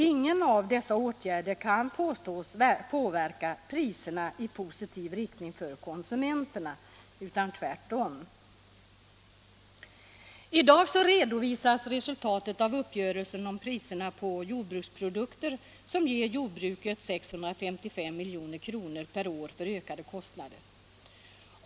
Ingen av dessa åtgärder kan påstås påverka priserna i för konsumenterna positiv riktning. Tvärtom. I dag redovisas resultatet av uppgörelsen om priserna på jordbruksprodukter, som ger jordbruket 655 milj.kr. per år för ökade kostnader.